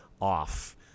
off